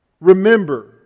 remember